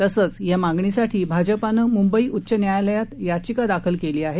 तसंच या मागणीसाठी भाजपानं मुंबई उच्च न्यायालयात याचिका दाखल केली आहे